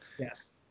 yes